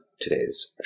today's